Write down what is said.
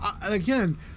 Again